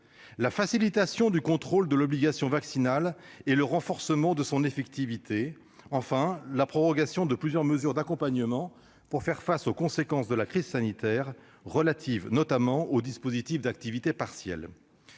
la facilitation du contrôle de l'obligation vaccinale et le renforcement de son efficacité ; enfin, la prorogation de plusieurs mesures d'accompagnement pour faire face aux conséquences de la crise sanitaire, le dispositif d'activité partielle